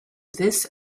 this